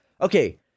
Okay